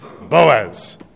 Boaz